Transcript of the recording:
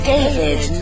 David